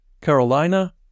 Carolina